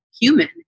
human